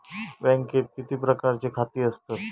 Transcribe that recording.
बँकेत किती प्रकारची खाती असतत?